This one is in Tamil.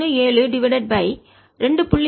17 டிவைடட் பை 2